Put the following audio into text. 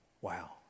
Wow